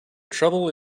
trouble